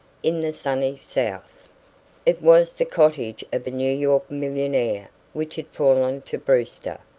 in the sunny south it was the cottage of a new york millionaire which had fallen to brewster.